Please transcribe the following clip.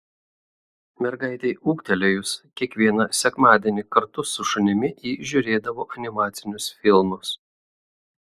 mergaitei ūgtelėjus kiekvieną sekmadienį kartu su šunimi ji žiūrėdavo animacinius filmus